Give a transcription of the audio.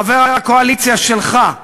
חבר הקואליציה שלך,